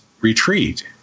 retreat